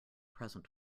present